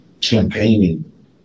campaigning